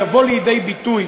תבוא לידי ביטוי,